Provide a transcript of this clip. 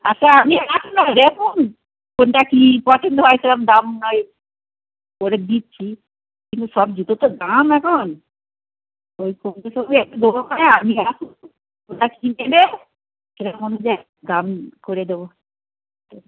আচ্ছা আপনি আসুন দেখুন কোনটা কি পছন্দ হয় সেরম দাম নয় করে দিচ্ছি কিন্তু সব জুতো তো দাম এখন ওই আসুন কোনটা কি নেবে সেরকম অনুযায়ী দাম করে দেবো